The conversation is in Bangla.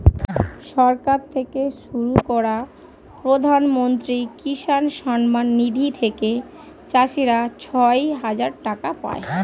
সরকার থেকে শুরু করা প্রধানমন্ত্রী কিষান সম্মান নিধি থেকে চাষীরা ছয় হাজার টাকা পায়